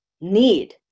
need